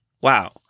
Wow